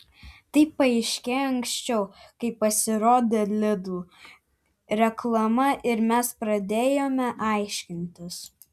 tai paaiškėjo anksčiau kai pasirodė lidl reklama ir mes pradėjome aiškintis